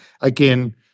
Again